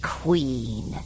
queen